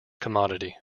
commodity